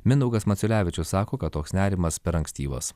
mindaugas maciulevičius sako kad toks nerimas per ankstyvas